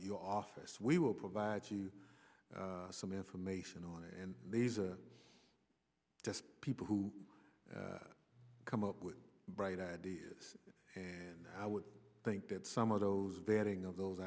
your office we will provide you some information on it and these are just people who come up with bright ideas and i would think that some of those vetting of those